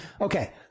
Okay